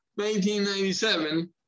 1997